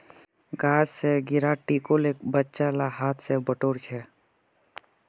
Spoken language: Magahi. गाछ स गिरा टिकोलेक बच्चा ला हाथ स बटोर छ